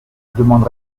demande